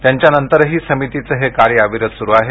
त्यांच्या नंतरही समितीचं हे कार्य अविरत सुरू आहे